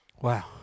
Wow